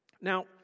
Now